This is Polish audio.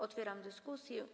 Otwieram dyskusję.